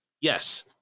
yes